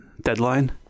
Deadline